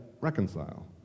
reconcile